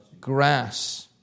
grass